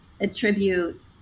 attribute